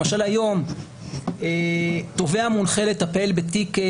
למשל היום תובע מונחה לטפל תוך 30 ימים בתיק